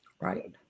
Right